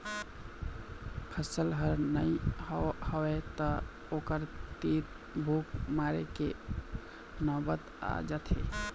फसल ह नइ होवय त ओखर तीर भूख मरे के नउबत आ जाथे